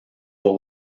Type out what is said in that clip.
what